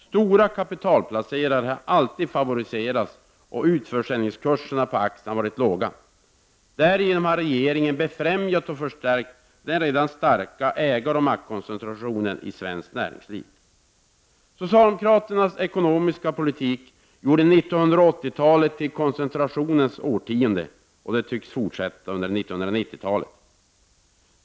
Stora kapitalplacerare har alltid favoriserats och kurserna vid utförsäljning av aktierna har varit låga. Regeringen har därigenom befrämjat och förstärkt den redan starka ägaroch maktkoncentrationen i svenskt näringsliv. Socialdemokraternas ekonomiska politik gjorde 1980-talet till koncentrationens årtionde, och detta tycks fortsätta under 1990-talet.